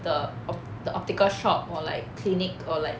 the op~ the optical shop or like clinic or like